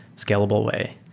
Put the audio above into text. scalable way.